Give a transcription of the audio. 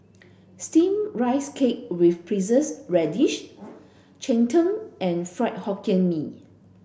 steamed rice cake with preserved radish Cheng Tng and Fried Hokkien Mee